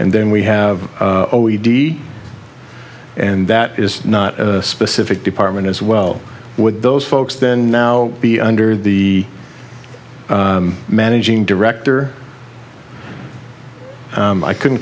and then we have a d and that is not a specific department as well with those folks then now be under the managing director i couldn't